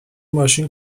ماشین